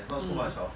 mm